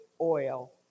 oil